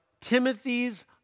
Timothy's